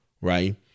right